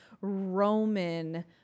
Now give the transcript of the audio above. Roman